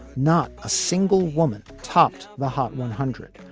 not a single woman topped the hot one hundred,